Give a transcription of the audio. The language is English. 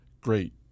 great